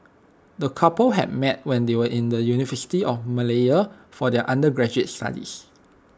the couple had met when they were in the university of Malaya for their undergraduate studies